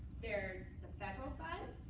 there's the federal funds.